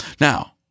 Now